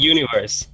Universe